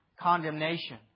Condemnation